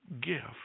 gift